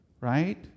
right